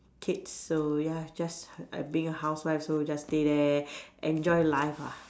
kids so ya just I being a housewife so just stay there enjoy life ah